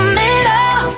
middle